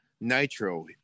Nitro